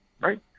Right